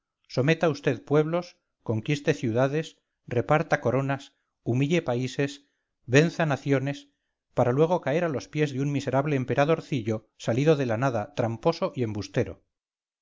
someta vd pueblos conquiste ciudades reparta coronas humille países venza naciones para luego caer a los pies de un miserable emperadorcillo salido de la nada tramposo y embustero